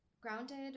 Grounded